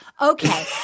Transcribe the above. Okay